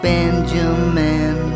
Benjamin